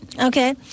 Okay